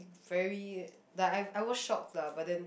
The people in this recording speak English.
very like like I was shocked lah but then